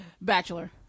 Bachelor